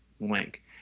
link